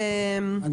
אני